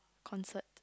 concert